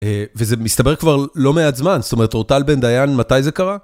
אה.. וזה מסתבר כבר לא מעט זמן, זאת אומרת, רוטל בן דיין, מתי זה קרה?